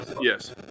Yes